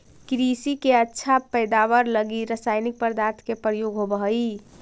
कृषि के अच्छा पैदावार लगी रसायनिक पदार्थ के प्रयोग होवऽ हई